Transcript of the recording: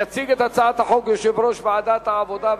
יציג את הצעת החוק יושב-ראש ועדת העבודה,